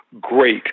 great